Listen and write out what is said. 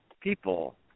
people